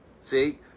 See